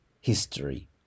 history